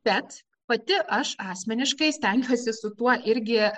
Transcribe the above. bet pati aš asmeniškai stengsiuosi su tuo irgi